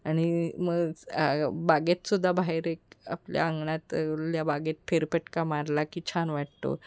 आणि मग बागेत सुद्धा बाहेर एक आपल्या अंगणातल्या बागेत फेरपेटका मारला की छान वाटतो